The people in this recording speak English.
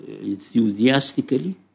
enthusiastically